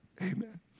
Amen